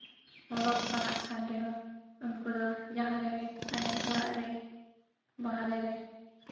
ᱚᱞᱚᱜ ᱯᱟᱲᱦᱟᱜ ᱠᱟᱱ ᱨᱮᱦᱚᱸ ᱩᱱᱠᱩ ᱫᱚ ᱡᱟᱦᱟᱸ ᱨᱮᱜᱮ ᱛᱟᱦᱮᱱ ᱚᱲᱟᱜ ᱨᱮ ᱵᱟᱦᱨᱮ ᱨᱮ